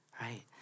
right